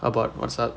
about what stuff